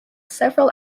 several